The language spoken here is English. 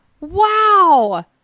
Wow